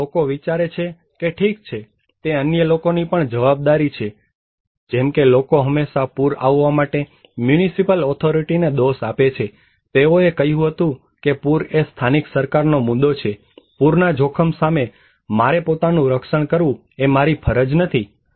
અથવા લોકો વિચારે છે કે ઠીક છે તે અન્ય લોકોની પણ જવાબદારી છે જેમકે લોકો હંમેશા પૂર આવવા માટે મ્યુનિસિપલ ઓથોરિટીને દોષ આપે છે તેઓએ કહ્યું હતું કે પૂર એ સ્થાનિક સરકાર નો મુદ્દો છે પૂરનાં જોખમ સામે મારે પોતાનું રક્ષણ કરવું એ મારી ફરજ નથી